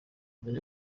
mbere